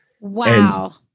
Wow